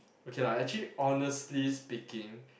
okay lah actually honestly speaking